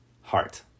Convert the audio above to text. heart